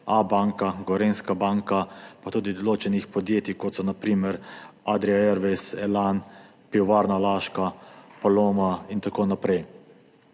Abanka, Gorenjska banka, pa tudi določenih podjetij, kot so na primer Adria Airways, Elan, Pivovarna Laško, Paloma in tako naprej.